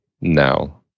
now